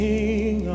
King